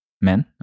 men